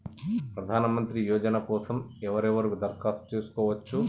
ప్రధానమంత్రి యోజన కోసం ఎవరెవరు దరఖాస్తు చేసుకోవచ్చు?